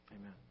Amen